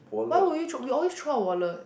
why would you throw we always throw our wallet